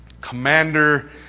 commander